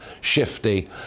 shifty